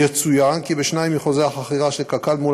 יצוין כי בשניים מחוזי החכירה של קק"ל מול